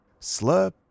slurp